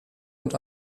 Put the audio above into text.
und